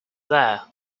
there